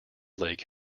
lake